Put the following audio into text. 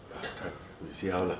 later time we see how lah